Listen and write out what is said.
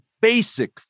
basic